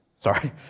Sorry